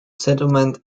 settlement